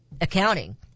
accounting